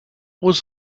was